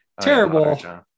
terrible